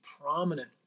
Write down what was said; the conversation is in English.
prominent